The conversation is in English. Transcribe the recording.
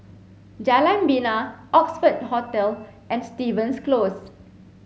Jalan Bena Oxford Hotel and Stevens Close